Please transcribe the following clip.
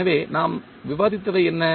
எனவே நாம் விவாதித்தவை என்ன